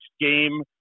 game